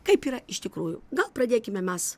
kaip yra iš tikrųjų gal pradėkime mes